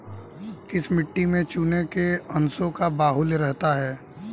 किस मिट्टी में चूने के अंशों का बाहुल्य रहता है?